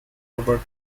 robert